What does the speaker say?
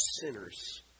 sinners